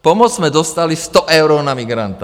Pomoc jsme dostali 100 eur na migranta.